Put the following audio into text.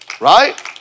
Right